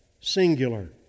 Singular